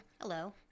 Hello